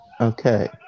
Okay